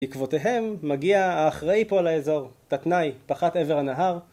בעקבותיהם מגיע האחראי פה לאזור, תתנאי, פחת עבר הנהר